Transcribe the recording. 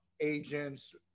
Agents